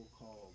called